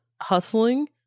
hustling